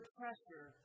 pressure